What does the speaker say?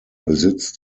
besitzt